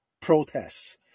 protests